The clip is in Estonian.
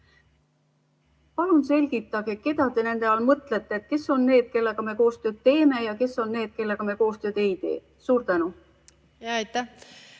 Palun selgitage, keda te nende all mõtlete. Kes on need, kellega me koostööd teeme, ja kes on need, kellega me koostööd ei tee? Suur tänu! Aitäh!